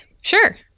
sure